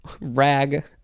Rag